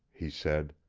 he said.